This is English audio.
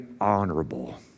honorable